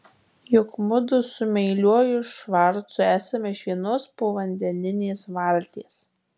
juk mudu su meiliuoju švarcu esame iš vienos povandeninės valties